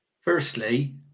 firstly